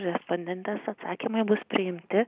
respondentės atsakymai bus priimti